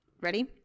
Ready